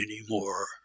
anymore